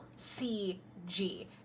CG